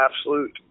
absolute